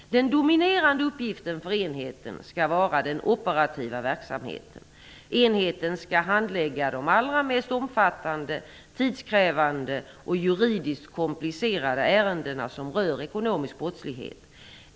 Den dominerande uppgiften för enheten skall vara den operativa verksamheten. Enheten skall handlägga de allra mest omfattande tidskrävande och juridiskt komplicerade ärenden som rör ekonomisk brottslighet.